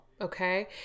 Okay